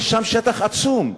יש שם שטח עצום.